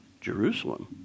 Jerusalem